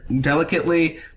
delicately